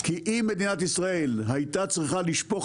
כי אם מדינת ישראל היתה צריכה לשפוך